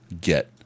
get